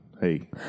hey